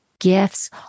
gifts